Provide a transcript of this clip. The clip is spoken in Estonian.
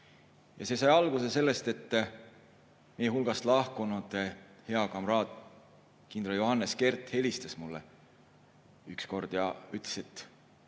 See sai alguse sellest, et meie hulgast lahkunud hea kamraad kindral Johannes Kert helistas mulle ükskord ja ütles, et